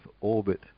orbit